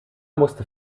musste